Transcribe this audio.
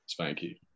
spanky